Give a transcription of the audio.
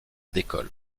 décolle